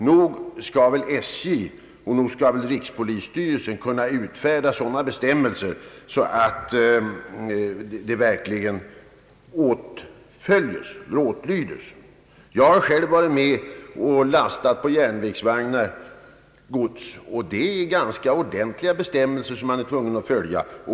Nog borde SJ och rikspolisstyrelsen kunna utfärda sådana bestämmelser som verkligen blir åtlydda. Jag har själv varit med om att lasta gods på järnvägsvagnar. Då fanns ganska bestämda föreskrifter för lastningen.